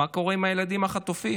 מה קורה עם הילדים החטופים,